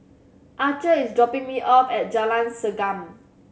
Archer is dropping me off at Jalan Segam